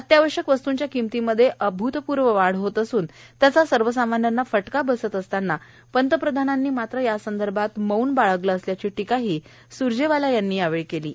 अत्यावश्यक वस्तूंच्या किंमतीमध्ये अभूतपूर्ववाढ होत असून त्याचा सर्वसामान्यांना फटका बसत असताना पंतप्रधानांनी मात्र या संदर्भात मौन बाळगलं असल्याची टीकाही सुरजेवाला यांनी यावेळी केली आहे